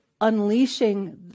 unleashing